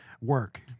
work